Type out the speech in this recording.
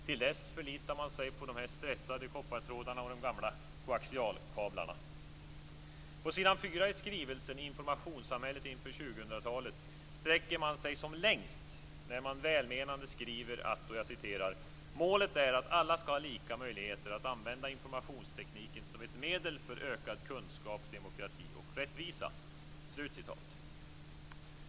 Till dess förlitar man sig på de stressade koppartrådarna och de gamla koaxialkablarna. 2000-talet sträcker man sig som längst när man välmenande skriver: "Målet är att alla skall ha lika möjligheter att använda informationstekniken som ett medel för ökad kunskap, demokrati och rättvisa."